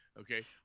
Okay